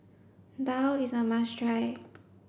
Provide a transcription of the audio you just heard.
Daal is a must try